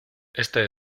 este